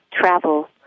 travel